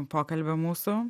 pokalbio mūsų